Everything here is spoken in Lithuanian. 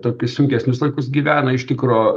tokius sunkesnius laikus gyvena iš tikro